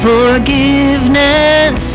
Forgiveness